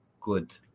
good